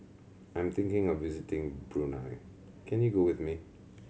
I am thinking of visiting Brunei can you go with me